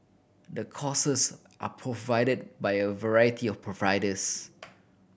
the courses are provided by a variety of providers